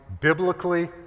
biblically